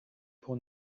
pour